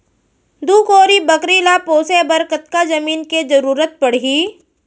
दू कोरी बकरी ला पोसे बर कतका जमीन के जरूरत पढही?